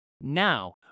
Now